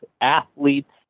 athletes